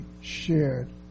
shared